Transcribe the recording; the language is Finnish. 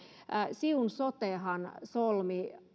siun sotehan solmi